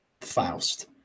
Faust